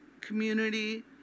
community